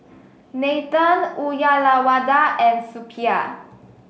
Nathan Uyyalawada and Suppiah